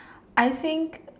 I think